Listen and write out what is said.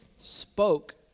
spoke